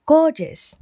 Gorgeous 。